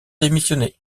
démissionner